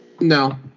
No